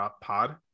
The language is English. Pod